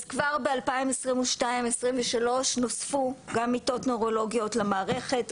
אז כבר ב-2022 2023 נוספו גם מיטות נוירולוגיות למערכת,